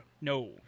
No